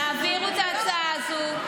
תעבירי את ההצעה הזאת.